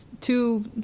two